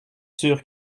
sûr